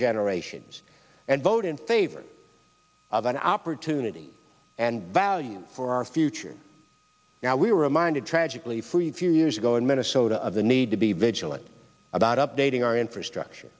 generations and vote in favor of an opportunity and value for our future now we were reminded tragically free few years ago in minnesota of the need to be vigilant about updating our infrastructure